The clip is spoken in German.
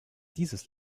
dieses